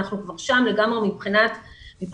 אנחנו לגמרי כבר שם מבחינת רצון,